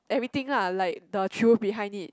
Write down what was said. everything lah like the truth behind it